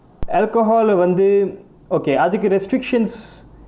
alcohol வந்து:vanthu okay அதுக்கு:athukku restrictions